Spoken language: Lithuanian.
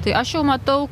tai aš jau matau